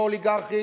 לא אוליגרכית,